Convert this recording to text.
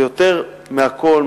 ויותר מהכול,